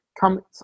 come